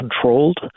controlled